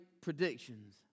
predictions